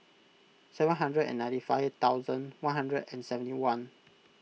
seven hundred and ninety five thousand one hundred and seventy one